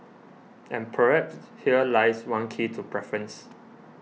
and perhaps here lies one key to preference